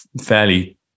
fairly